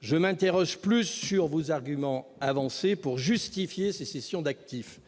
Je m'interroge davantage sur les arguments que vous avancez pour justifier ces cessions d'actifs.